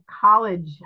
college